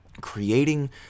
creating